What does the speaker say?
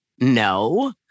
no